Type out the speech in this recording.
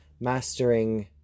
mastering